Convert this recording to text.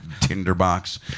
tinderbox